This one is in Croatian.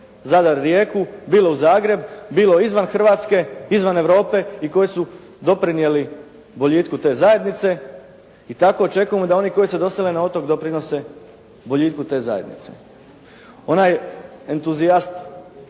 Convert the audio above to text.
Zadar, Rijeku, bilo u Zagreb, bilo izvan Hrvatske, izvan Europe i koji su doprinijeli boljitku te zajednice i tako očekujemo da oni koji se dosele na otoke doprinose boljitku te zajednice.